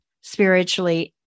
spiritually